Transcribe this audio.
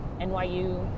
NYU